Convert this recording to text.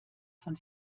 von